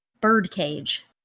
birdcage